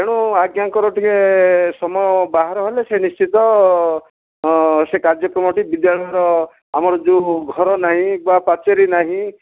ତେଣୁ ଆଜ୍ଞାଙ୍କର ଟିକେ ସମୟ ବାହାର ହେଲେ ସେ ନିଶ୍ଚିତ ସେ କାର୍ଯ୍ୟକ୍ରମଟି ବିଦ୍ୟାଳୟର ଆମର ଯେଉଁ ଘର ନାହିଁ ବା ପାଚେରୀ ନାହିଁ